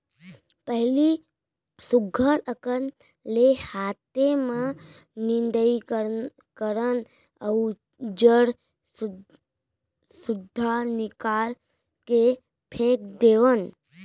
पहिली सुग्घर अकन ले हाते म निंदई करन अउ जर सुद्धा निकाल के फेक देवन